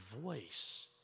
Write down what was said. voice